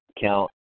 count